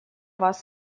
вас